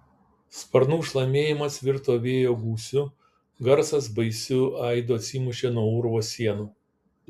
sparnų šlamėjimas virto vėjo gūsiu garsas baisiu aidu atsimušė nuo urvo sienų